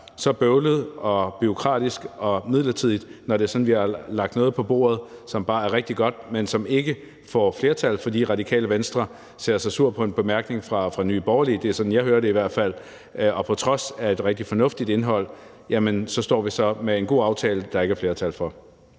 så bøvlet og bureaukratisk og midlertidigt, når vi har lagt noget på bordet, som bare er rigtig godt, men som ikke får flertal, fordi Radikale Venstre har set sig sur på en bemærkning fra Nye Borgerlige – det er i hvert fald sådan, jeg hører det. Så på trods af et rigtig fornuftigt indhold står vi så med en god aftale, der ikke er flertal for.